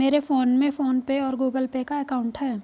मेरे फोन में PhonePe और गूगल पे का अकाउंट है